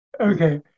Okay